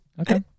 okay